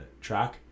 track